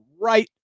right